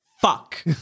fuck